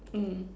mm